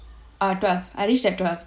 err twelve I reach at twelve